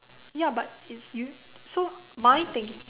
ya but it's you so my thing